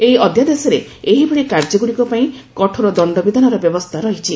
ଏହି ଅଧ୍ୟାଦେଶରେ ଏହିଭଳି କାର୍ଯ୍ୟଗୁଡ଼ିକ ପାଇଁ କଠୋର ଦଣ୍ଡବିଧାନର ବ୍ୟବସ୍ଥା ରହିଛି